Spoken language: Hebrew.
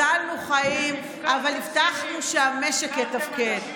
הצלנו חיים, אבל הבטחנו שהמשק יתפקד.